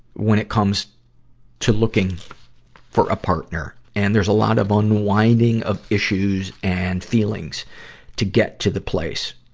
when it comes to looking for a partner. and there's a lot of unwinding of issues and feelings to get to the place.